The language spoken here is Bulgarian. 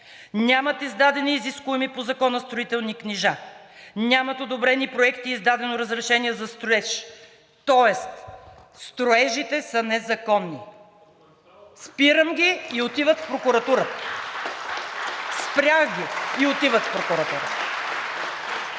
Нямат издадени изискуеми по Закона строителни книжа, нямат одобрени проекти и издадено разрешение за строеж“, тоест строежите са незаконни. Спирам ги и отиват в прокуратурата. (Ръкопляскания